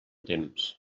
temps